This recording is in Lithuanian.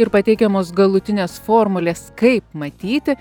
ir pateikiamos galutinės formulės kaip matyti